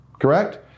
correct